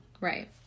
right